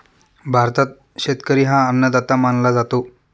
भारतात शेतकरी हा अन्नदाता मानला जातो